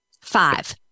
Five